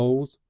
voules,